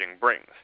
brings